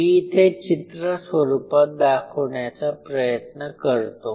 मी इथे चित्र स्वरूपात दाखवण्याचा प्रयत्न करतो